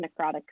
necrotic